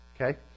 Okay